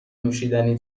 نوشیدنی